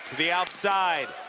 the outside.